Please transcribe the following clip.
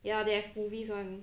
ya they have movies [one]